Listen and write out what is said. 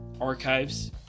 Archives